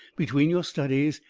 between your studies,